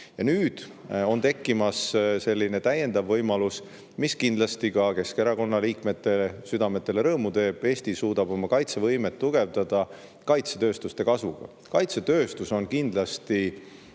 nüüd on tekkimas selline täiendav võimalus, mis kindlasti ka Keskerakonna liikmete südametele rõõmu teeb: Eesti suudab oma kaitsevõimet tugevdada kaitsetööstuste kasvu kaudu. Kaitsetööstus on kindlasti